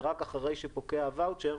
ורק אחרי שפוקע הוואוצ'ר,